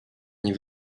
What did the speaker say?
nie